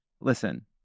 Listen